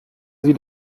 sie